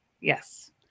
yes